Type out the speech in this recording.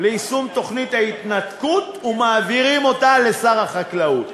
לפי חוק יישום תוכנית ההתנתקות ומעבירים אותה לשר החקלאות.